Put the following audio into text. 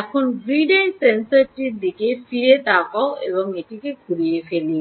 এখন grid eye সেন্সরটির দিকে ফিরে তাকাও এবং এটিকে ঘুরিয়ে ফেলি